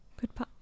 Goodbye